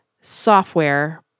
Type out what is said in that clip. software